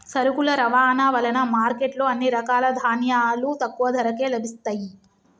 సరుకుల రవాణా వలన మార్కెట్ లో అన్ని రకాల ధాన్యాలు తక్కువ ధరకే లభిస్తయ్యి